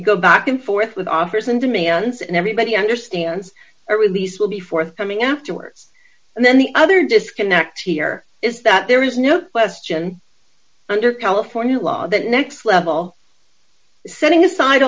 go back and forth with offers and demands and everybody understands a release will be forthcoming afterwards and then the other disconnect here is that there is no question under california law that next level setting aside